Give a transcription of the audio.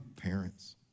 parents